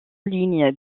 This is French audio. ligne